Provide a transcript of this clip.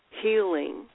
healing